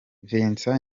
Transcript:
vincent